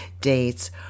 dates